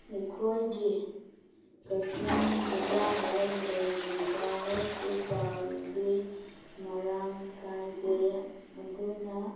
ꯑꯩꯈꯣꯏꯒꯤ ꯀꯛꯆꯤꯡ ꯖꯤꯂꯥꯗ ꯂꯩꯔꯤꯕ ꯍꯣꯁꯄꯤꯇꯥꯜꯗꯤ ꯃꯔꯥꯡ ꯀꯥꯏꯗꯦ ꯑꯗꯨꯅ